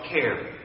care